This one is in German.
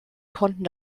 konnten